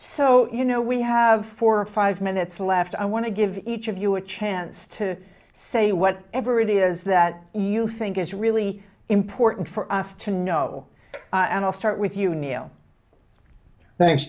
so you know we have four or five minutes left i want to give each of you a chance to say what ever it is that you think is really important for us to know and i'll start with you neal thanks